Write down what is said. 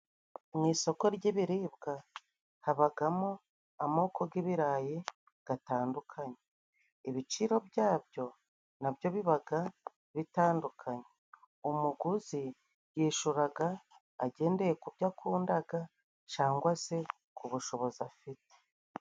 Mu isoko ry'ibiribwa habagamo amoko g'ibirayi gatandukanye. Ibiciro byabyo nabyo bibaga bitandukanye, umuguzi yishuraga agendeye ku byo akundaga cyangwa se ku bushobozi afite.